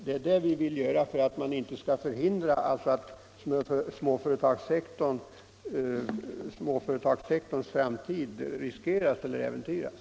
Det är detta vi vill göra för att inte småföretagssektorns framtid skall äventyras.